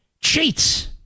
cheats